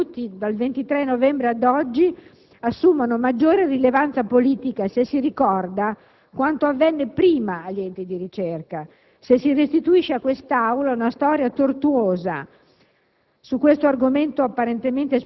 questi passaggi, avvenuti dal 23 novembre ad oggi, assumono maggior rilevanza politica se si ricorda quanto avvenne in precedenza agli enti di ricerca, cioè se si restituisce a quest'Aula la storia tortuosa